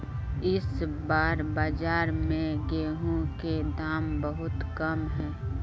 इस बार बाजार में गेंहू के दाम बहुत कम है?